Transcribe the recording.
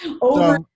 over